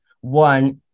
one